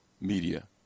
media